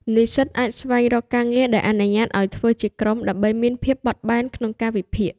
និស្សិតអាចស្វែងរកការងារដែលអនុញ្ញាតឲ្យធ្វើការជាក្រុម ដើម្បីមានភាពបត់បែនក្នុងកាលវិភាគ។